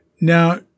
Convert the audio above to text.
Now